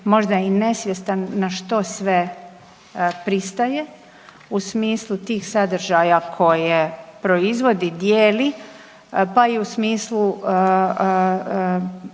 možda i nesvjestan na što sve pristaje u smislu tih sadržaja koje proizvodi, dijeli pa i u smislu